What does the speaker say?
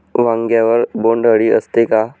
वांग्यावर बोंडअळी असते का?